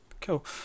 Cool